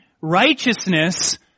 righteousness